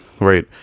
right